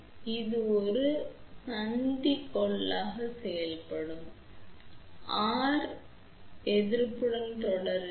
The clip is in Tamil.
எனவே இது ஒரு சந்தி கொள்ளளவாக செயல்படும் Rr ok எதிர்ப்புடன் தொடரில்